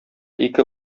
ике